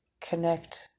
connect